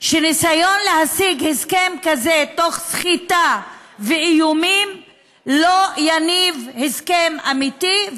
שניסיון להשיג הסכם כזה תוך סחיטה ואיומים לא יניב הסכם אמיתי,